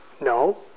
No